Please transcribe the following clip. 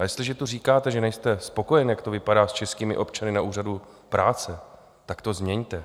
A jestliže tu říkáte, že nejste spokojen, jak to vypadá s českými občany na úřadu práce, tak to změňte.